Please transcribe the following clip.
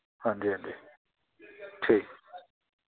हां जी हां जी ठीक